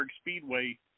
Speedway